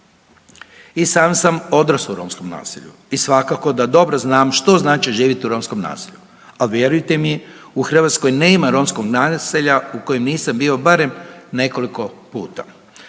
i sam sam odraso u romskom naselju i svakako da znam što znači živjeti u romskom naselju, al vjerujte mi u Hrvatskoj nema romskog naselja u kojem nisam bio barem nekoliko puta.